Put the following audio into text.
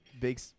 big